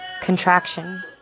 contraction